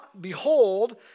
behold